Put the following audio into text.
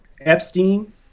Epstein